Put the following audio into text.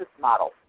model